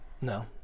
No